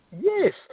Yes